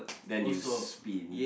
then you spin